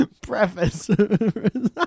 preface